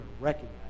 recognize